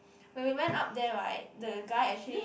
when we went up there right the guy actually